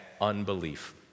unbelief